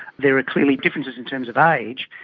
there are clearly differences in terms of age.